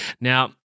Now